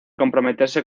comprometerse